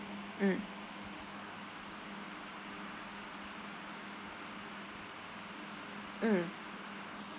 mm mm